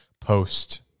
post